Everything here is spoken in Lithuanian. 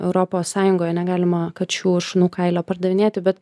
europos sąjungoje negalima kačių šunų kailio pardavinėti bet